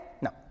No